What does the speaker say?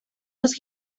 los